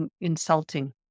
insulting